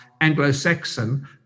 Anglo-Saxon